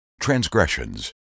transgressions